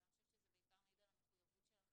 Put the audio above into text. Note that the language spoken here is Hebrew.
אבל אני חושבת שזה בעיקר מעיד על המחויבות שלכם